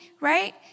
right